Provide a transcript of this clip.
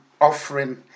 offering